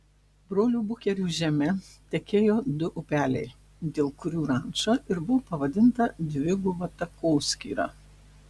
brolių bukerių žeme tekėjo du upeliai dėl kurių ranča ir buvo pavadinta dviguba takoskyra